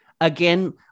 again